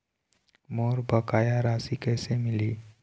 मोर बकाया राशि कैसे मिलही?